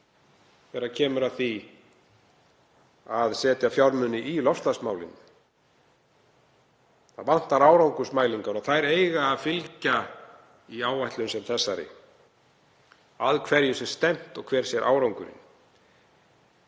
er þegar kemur að því að setja fjármuni í loftslagsmálin. Það vantar árangursmælingar en þær eiga að fylgja í áætlun sem þessari, að hverju sé stefnt og hver sé árangurinn.